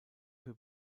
für